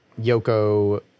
Yoko